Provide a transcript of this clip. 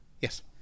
Yes